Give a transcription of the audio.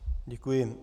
Děkuji.